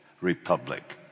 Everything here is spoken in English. republic